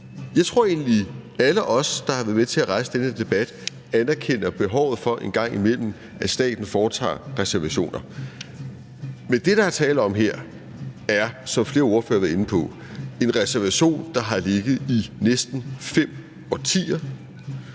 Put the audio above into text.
jeg tror egentlig, at alle os, der har været med til at rejse den her debat, anerkender behovet for, at staten en gang imellem foretager reservationer. Men det, der er tale om her, er – hvad flere ordførere har været inde på – en reservation, der har ligget i næsten 5 årtier,